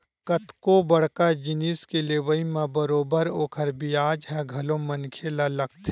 कतको बड़का जिनिस के लेवई म बरोबर ओखर बियाज ह घलो मनखे ल लगथे